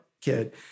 kid